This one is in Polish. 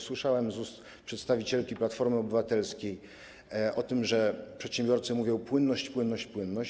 Słyszałem z ust przedstawicielki Platformy Obywatelskiej o tym, że przedsiębiorcy mówią: płynność, płynność, płynność.